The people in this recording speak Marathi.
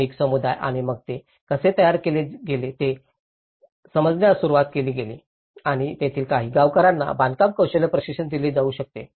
स्थानिक समुदाय आणि मग ते कसे तयार केले गेले हे समजण्यास सुरवात केली आणि तेथील काही गावकऱ्याना बांधकाम कौशल्य प्रशिक्षण दिले जाऊ शकते